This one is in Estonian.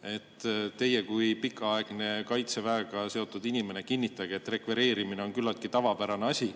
Teie kui pikaaegne Kaitseväega seotud inimene kinnitage, et rekvireerimine on küllaltki tavapärane asi